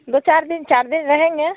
दो चार दिन चार दिन रहेंगे